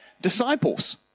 disciples